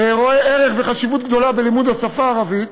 רואה ערך וחשיבות גדולה בלימוד השפה הערבית.